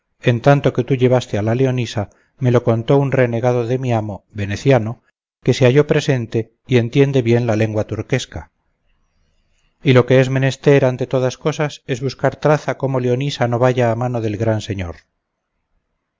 en tanto que tú llevaste a leonisa me lo contó un renegado de mi amo veneciano que se halló presente y entiende bien la lengua turquesca y lo que es menester ante todas cosas es buscar traza cómo leonisa no vaya a mano del gran señor